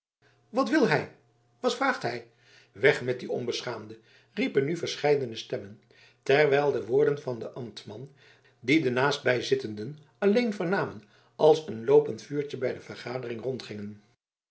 wat wil hij wat vraagt hij weg met den onbeschaamde riepen nu verscheidene stemmen terwijl de woorden van den ambtman die de naastbijzittenden alleen vernamen als een loopend vuurtje bij de vergadering rondgingen